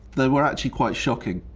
they were actually quite shocking.